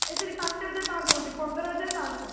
ଏ sorry ପାଞ୍ଚ ହଜାର ପାଞ୍ଚଶହ କହୁଛି ପନ୍ଦର ହଜାର ପାଞ୍ଚଶହ